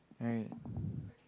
right